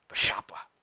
shop ah